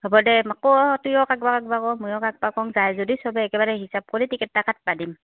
হ'ব দে মই তয়ো কাগবা কাগবা কও ময়ো কাগবা কওঁ যদি চবেই একেবাৰে হিচাপ কৰি টিকেটা কাটিব দিম